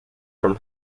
from